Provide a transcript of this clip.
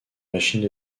machine